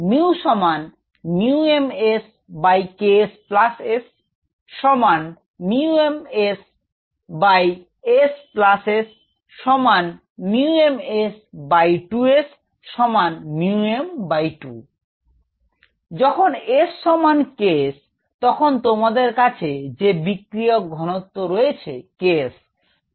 যখন S সমান K s তখন তোমাদের কাছে যে বিক্রিয়ক ঘনত্ব রয়েছে K s